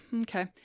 Okay